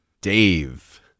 Dave